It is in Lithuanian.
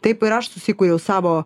taip ir aš susikūriau savo